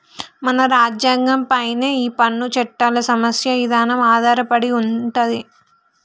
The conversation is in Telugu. మన రాజ్యంగం పైనే ఈ పన్ను చట్టాల సమస్య ఇదానం ఆధారపడి ఉంటది